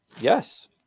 Yes